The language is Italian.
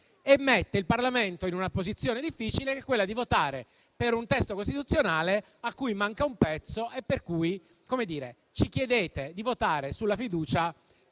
e mette il Parlamento in una posizione difficile, quella di votare per un testo costituzionale a cui manca un pezzo. Per cui ci chiedete di votare sulla fiducia,